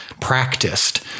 practiced